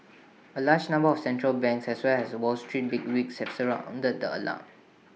A large number of central banks as well as wall street bigwigs have Sara wounded the alarm